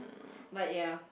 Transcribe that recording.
but ya